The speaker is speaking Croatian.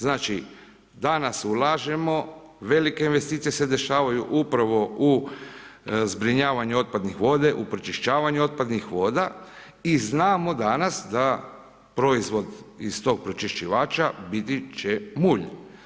Znači danas ulažemo, velike investicije dešavaju, upravo u zbrinjavanju otpadnih voda, u pročišćavanju otpadnih voda i znamo danas, da proizvod iz tog pročišćivalča biti će mulj.